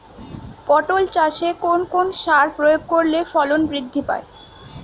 পটল চাষে কোন কোন সার প্রয়োগ করলে ফলন বৃদ্ধি পায়?